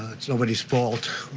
it's nobody's fault.